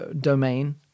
domain